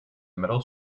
middle